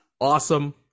awesome